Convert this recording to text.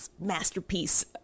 masterpiece